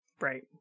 Right